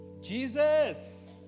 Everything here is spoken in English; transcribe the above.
Jesus